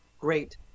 Great